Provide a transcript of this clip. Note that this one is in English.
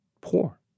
poor